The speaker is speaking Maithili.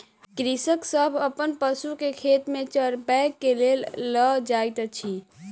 कृषक सभ अपन पशु के खेत में चरबै के लेल लअ जाइत अछि